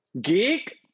Geek